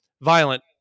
violent